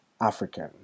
African